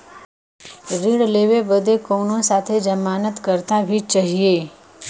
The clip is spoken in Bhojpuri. ऋण लेवे बदे कउनो साथे जमानत करता भी चहिए?